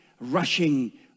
rushing